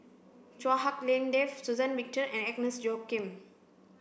Chua Hak Lien Dave Suzann Victor and Agnes Joaquim